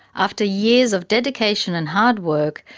after years of dedication and hard work,